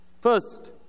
First